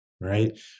right